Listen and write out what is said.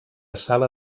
sala